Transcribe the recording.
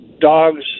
dogs